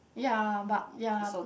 ya but ya